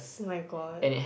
oh my god